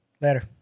Later